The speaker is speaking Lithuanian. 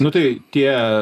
nu tai tie